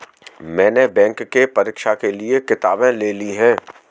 मैने बैंक के परीक्षा के लिऐ किताबें ले ली हैं